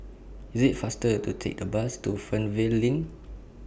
IT IS faster to Take The Bus to Fernvale LINK